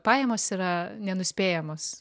pajamos yra nenuspėjamos